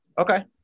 Okay